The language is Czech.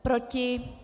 Proti?